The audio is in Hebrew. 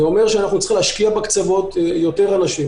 זה אומר שאנחנו צריכים להשקיע בקצוות יותר אנשים.